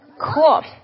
Cool